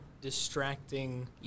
distracting